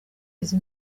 izi